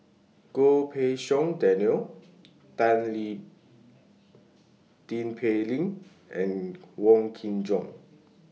Goh Pei Siong Daniel Tin Pei Ling and Wong Kin Jong